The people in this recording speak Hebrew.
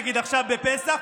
נגיד עכשיו בפסח,